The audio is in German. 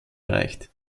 erreicht